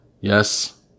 yes